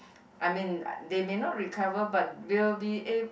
I mean they may not recover but will be ab~